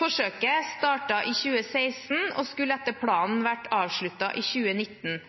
Forsøket startet i 2016 og skulle etter planen vært avsluttet i 2019.